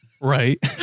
Right